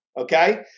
Okay